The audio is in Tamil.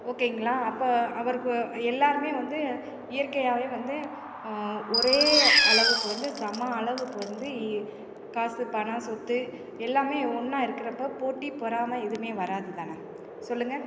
ஓகேங்களா அப்போது அவருக்கு எல்லோருமே வந்து இயற்கையாகவே வந்து ஒரே அளவுக்கு வந்து சம அளவுக்கு வந்து காசு பணம் சொத்து எல்லாமே ஒன்றா இருக்கிறப்ப போட்டி பொறாமை எதுவுமே வராது தானே சொல்லுங்கள்